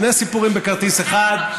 שני סיפורים בכרטיס אחד,